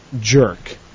jerk